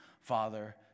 Father